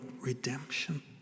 redemption